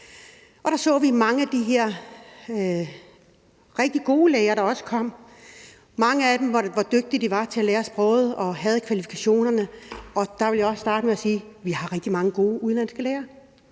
og der så vi mange af de her rigtig gode læger, der også kom, og for manges vedkommende så vi, hvor dygtige de var til at lære sproget, og at de havde kvalifikationerne. Og der vil jeg starte med at sige: Vi har rigtig mange gode udenlandske læger,